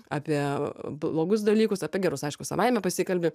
apie blogus dalykus apie gerus aišku savaime pasikalbi